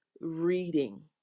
reading